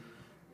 נכון.